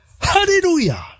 hallelujah